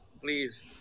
please